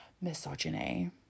Misogyny